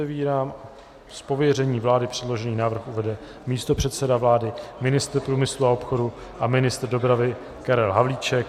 Z pověření vlády předložený návrh uvede místopředseda vlády, ministr průmyslu a obchodu a ministr dopravy Karel Havlíček.